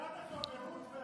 עכשיו אתה צריך להקשיב.